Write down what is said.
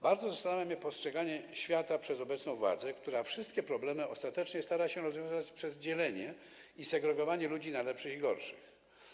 Bardzo zastanawia mnie postrzeganie świata przez obecną władzę, która wszystkie problemy ostatecznie stara się rozwiązać przez dzielenie i segregowanie ludzi na lepszych i gorszych.